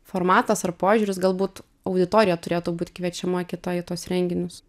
formatas ar požiūris galbūt auditorija turėtų būt kviečiama kita į tuos renginius